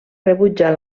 rebutjar